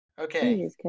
Okay